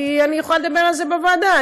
כי אני יכולה לדבר על זה בוועדה.